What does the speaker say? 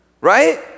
Right